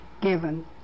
given